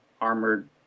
armored